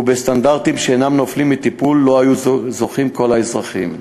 ובסטנדרטים שאינם נופלים מהטיפול שהיו זוכים לו כל האזרחים.